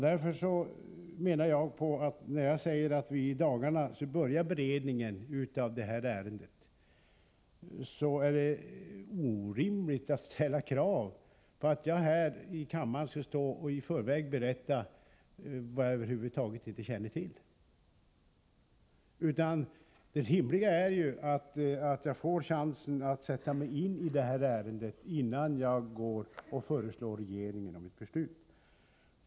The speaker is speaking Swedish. När jag säger att beredningen av det nu aktuella ärendet påbörjas i dagarna är det enligt min mening orimligt att kräva att jag i förväg skall uttala mig om något som jag över huvud taget inte känner till. Det rimliga är ju att jag får chansen att sätta mig in i ärendet innan jag förelägger regeringen förslag till beslut.